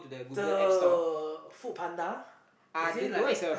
the FoodPanda is it like that